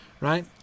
right